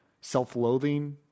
self-loathing